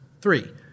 Three